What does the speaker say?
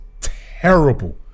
terrible